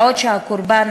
בעוד הקורבן,